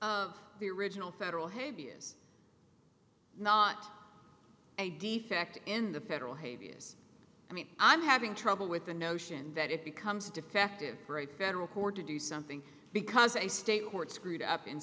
of the original federal habeas not a defect in the federal hey views i mean i'm having trouble with the notion that it becomes defective for a federal court to do something because a state court screwed up in